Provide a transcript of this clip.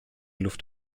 luft